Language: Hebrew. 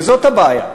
וזאת הבעיה.